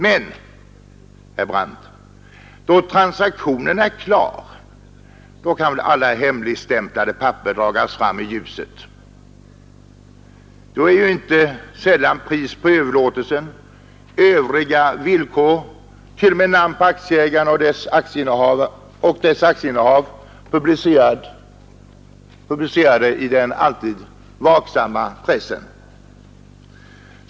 Men, herr Brandt, då transaktionen är klar kan väl alla hemligstämplade papper dras fram i ljuset? Då är ju inte sällan priset på överlåtelsen, övriga villkor, t.o.m. namn på aktieägarna och deras aktieinnehav publicerat av den alltid vaksamma pressen.